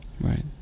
Right